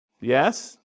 Yes